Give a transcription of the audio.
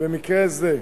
במקרה זה.